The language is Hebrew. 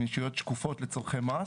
הן ישויות שקופות לצרכי מס,